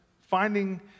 finding